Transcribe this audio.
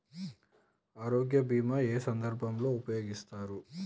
ఆరోగ్య బీమా ఏ ఏ సందర్భంలో ఉపయోగిస్తారు?